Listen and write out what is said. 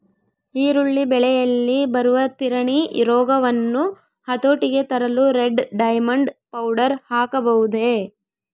ಈರುಳ್ಳಿ ಬೆಳೆಯಲ್ಲಿ ಬರುವ ತಿರಣಿ ರೋಗವನ್ನು ಹತೋಟಿಗೆ ತರಲು ರೆಡ್ ಡೈಮಂಡ್ ಪೌಡರ್ ಹಾಕಬಹುದೇ?